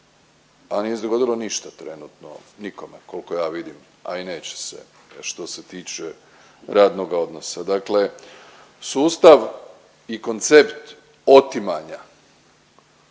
a nije se dogodilo ništa trenutno nikome koliko ja vidim, a i neće se što se tiče radnoga odnosa. Dakle, sustav i koncept otimanja